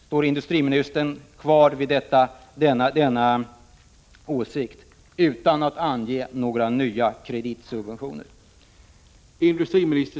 Står industriministern kvar vid denna åsikt utan att ange några nya kreditsubventioner?